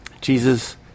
Jesus